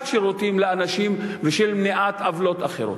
שירותים לאנשים ושל מניעת עוולות אחרות.